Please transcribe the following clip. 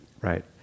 right